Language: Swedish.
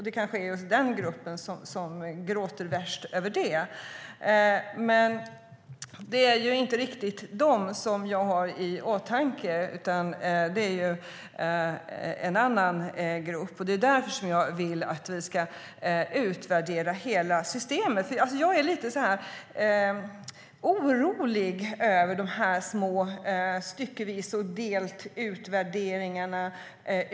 Det kanske är just den gruppen som gråter mest över det. Men det är inte riktigt den gruppen jag nu har i åtanke. Jag tänker på en annan grupp, och därför vill jag att vi ska utvärdera hela pensionssystemet. Jag är orolig över de utvärderingar som görs styckevis och delt.